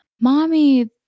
Mommy